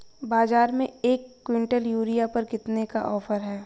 बाज़ार में एक किवंटल यूरिया पर कितने का ऑफ़र है?